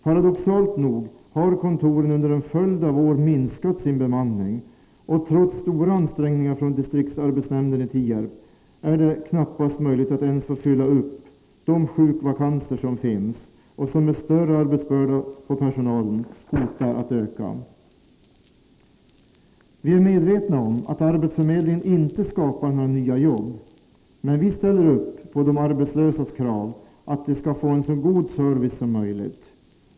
Paradoxalt nog har kontoren under en följd av år minskat sin bemanning, och trots stora ansträngningar från distriktsarbetsnämnden i Tierp är det knappast möjligt att ens fylla de sjukvakanser som finns och som genom en större arbetsbörda på personalen hotar att öka. Vi är medvetna om att arbetsförmedlingen inte skapar några nya jobb, men vi ställer upp på de arbetslösas krav att de skall få en så god service som möjligt.